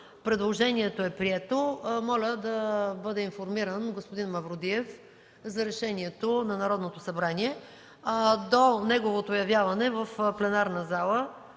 Предложението е прието. Моля да бъде информиран господин Мавродиев за решението на Народното събрание. До явяването на